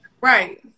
right